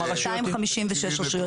256 רשויות.